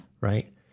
right